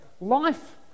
Life